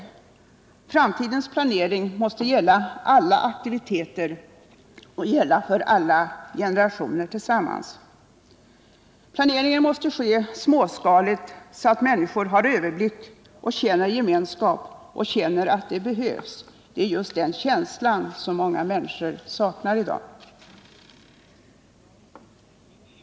Men framtidens planering måste gälla alla aktiviteter och alla generationer tillsammans. Planering måste ske småskaligt, så att människor får överblick, känner gemenskap och känner att de behövs — en känsla som många människor saknar i dag.